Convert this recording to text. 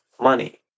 money